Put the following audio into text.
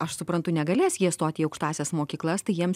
aš suprantu negalės jie stot į aukštąsias mokyklas tai jiems